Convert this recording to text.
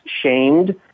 shamed